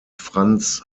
frans